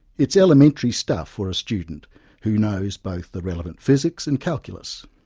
it's elementary stuff for a student who knows both the relevant physics and calculus.